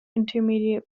intermediate